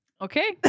Okay